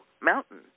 mountain